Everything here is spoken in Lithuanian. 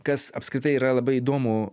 kas apskritai yra labai įdomu